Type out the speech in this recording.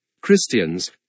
Christians